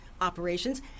Operations